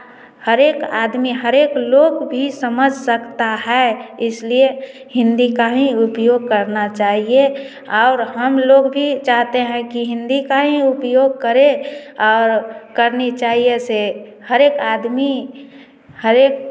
हर एक आदमी हर एक लोग भी समझ सकता है इसलिए हिंदी का ही उपयोग करना चाहिए और हम लोग भी चाहते हैं की हिंदी का ही उपयोग करें और करनी चाहिए ऐसे हर एक आदमी हर एक